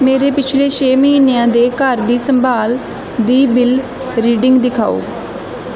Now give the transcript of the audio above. ਮੇਰੇ ਪਿਛਲੇ ਛੇ ਮਹੀਨਿਆਂ ਦੇ ਘਰ ਦੀ ਸੰਭਾਲ ਦੀ ਬਿਲ ਰੀਡਿੰਗ ਦਿਖਾਓ